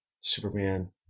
Superman